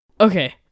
Okay